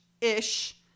ish